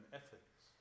ethics